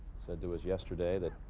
said to us yesterday that